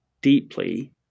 deeply